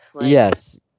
Yes